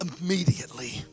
immediately